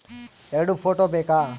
ಎರಡು ಫೋಟೋ ಬೇಕಾ?